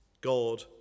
God